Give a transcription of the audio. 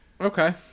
Okay